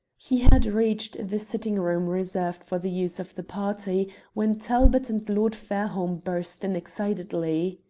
he had reached the sitting-room reserved for the use of the party when talbot and lord fairholme burst in excitedly.